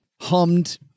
Hummed